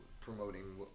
promoting